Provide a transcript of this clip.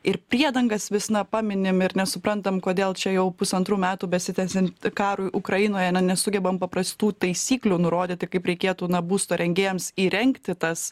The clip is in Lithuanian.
ir priedangas vis na paminim ir nesuprantam kodėl čia jau pusantrų metų besitęsiant karui ukrainoje na nesugebam paprastų taisyklių nurodyti kaip reikėtų na būsto rengėjams įrengti tas